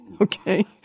Okay